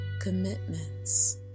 commitments